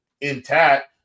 intact